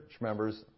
members